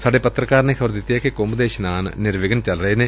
ਸਾਡੇ ਪੱਤਰਕਾਰ ਨੇ ਖ਼ਬਰ ਦਿੱਤੀ ਏ ਕਿ ਕੁੰਭ ਦੇ ਇਸ਼ਨਾਨ ਨਿਰਵਿਘਨ ਚੱਲ ਰਹੇ ਨੇ